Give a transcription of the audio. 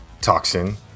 Toxin